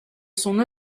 son